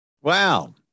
Wow